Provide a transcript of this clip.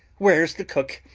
where's the cook?